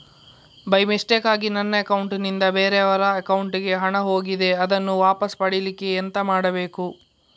By ಮಿಸ್ಟೇಕಾಗಿ ನನ್ನ account ನಿಂದ ಬೇರೆಯವರ ಅಕೌಂಟ್ ಗೆ ಹಣ ಹೋಗಿದೆ ಅದನ್ನು ವಾಪಸ್ ಪಡಿಲಿಕ್ಕೆ ಎಂತ ಮಾಡಬೇಕು?